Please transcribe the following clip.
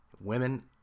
women